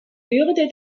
würde